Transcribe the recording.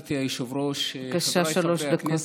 גברתי היושבת-ראש,